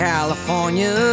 California